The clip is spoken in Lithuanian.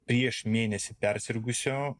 prieš mėnesį persirgusio